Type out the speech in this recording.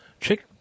check